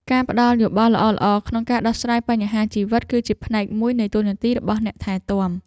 ការផ្តល់យោបល់ល្អៗក្នុងការដោះស្រាយបញ្ហាជីវិត គឺជាផ្នែកមួយនៃតួនាទីរបស់អ្នកថែទាំ។